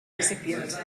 recipient